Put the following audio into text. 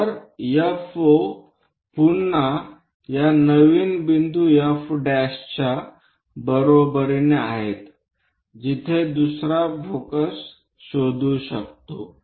तर FO पुन्हा या नवीन बिंदू F' च्या बरोबरीने आहे जिथे दुसरा फोकस शोधू शकतो